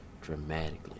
dramatically